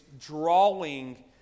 drawing